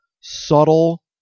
subtle